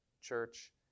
church